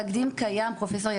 התקדים קיים פרופסור יציב.